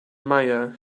meier